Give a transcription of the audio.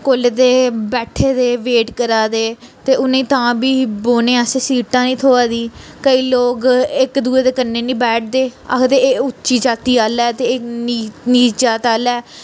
कोल्ले दे बैठे दे वेट करै दे ते उ'नेंगी तां बी बौह्ने आस्तै सीटां नी थ्होऐ दी केईं लोग इक दुए दी कन्नै नी बैठदे आखदे एह् उच्ची जाति आह्ला ऐ ते एह् नीच नीच जात आह्ला ऐ